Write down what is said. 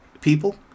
people